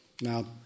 Now